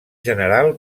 general